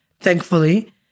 thankfully